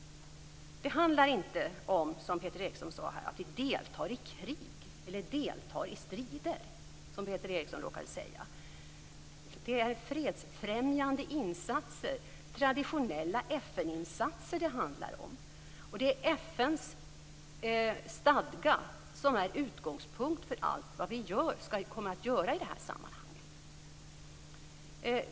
Det handlar inte om att vi deltar i krig eller i strider, som Peter Eriksson råkade säga. Det är fredsfrämjande insatser, traditionella FN-insatser, det handlar om. Det är FN:s stadga som är utgångspunkt för allt vad vi kommer att göra i det här sammanhanget.